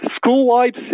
school-wide